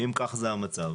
ואם כך זה המצב,